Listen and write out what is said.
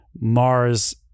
Mars